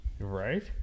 Right